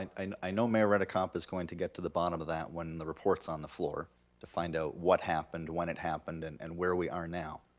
and and i know mayor redekop is going to get to the bottom of that when the report's on the floor to find out what happened, when it happened, and and where we are now.